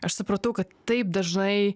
aš supratau kad taip dažnai